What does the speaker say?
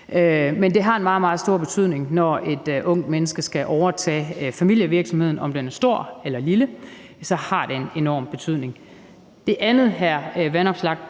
Men det har en meget, meget stor betydning, når et ungt menneske skal overtage familievirksomheden. Om den er stor eller lille, har det en enorm betydning. Det andet her, hr.